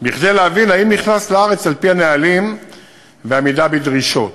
כדי להבין אם הוא נכנס לארץ על-פי הנהלים ובעמידה בדרישות.